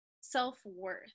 self-worth